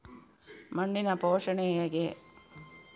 ಮಣ್ಣಿನ ಪೋಷಣೆ ಹೇಗೆ?